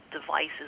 devices